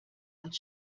als